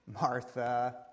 Martha